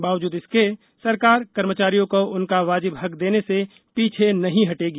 बावजूद इसके सरकार कर्मचारियों को उनका वाजिब हक देने से पीछे नहीं हटेगी